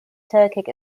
turkic